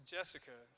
Jessica